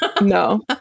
No